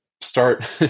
start